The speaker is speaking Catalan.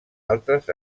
altres